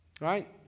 right